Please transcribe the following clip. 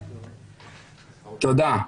תודה.